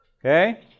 Okay